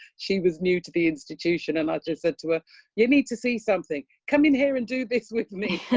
she was new to the institution and i just said to her you need to see something come in here and do this with me.